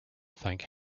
thank